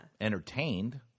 entertained